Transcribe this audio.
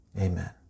Amen